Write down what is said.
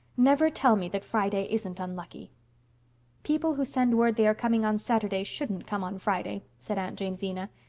never tell me that friday isn't unlucky people who send word they are coming on saturday shouldn't come on friday, said aunt jamesina.